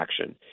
action